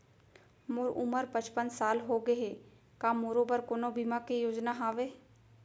मोर उमर पचपन साल होगे हे, का मोरो बर कोनो बीमा के योजना हावे?